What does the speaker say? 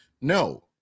No